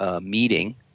meeting